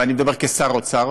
ואני מדבר כשר האוצר.